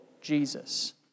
Jesus